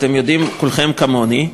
אתם יודעים כולכם כמוני,